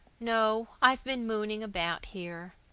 no, i've been mooning about here.